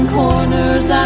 corners